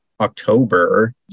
October